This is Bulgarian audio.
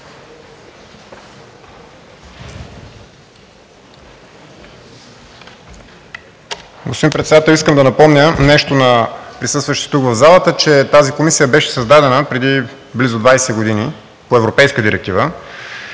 Господин Председател, искам да напомня нещо на присъстващите тук в залата, че тази комисия беше създадена преди близо 20 години по европейска директива,